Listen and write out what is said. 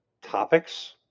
topics